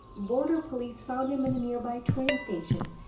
border police found him at a nearby train station.